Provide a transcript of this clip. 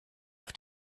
auf